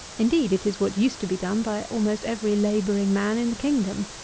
indeed, it is what used to be done by almost every labouring man in the kingdom,